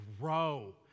grow